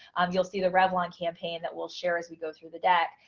you'll see the revlon campaign that will share as we go through the deck.